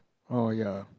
or ya